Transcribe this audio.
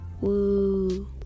Woo